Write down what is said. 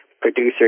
producer